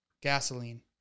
Gasoline